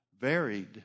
varied